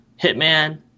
Hitman